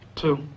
Two